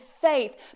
faith